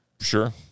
Sure